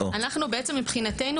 אנחנו בעצם מבחינתנו,